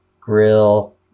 grill